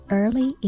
early